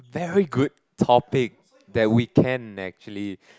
very good topic that we can actually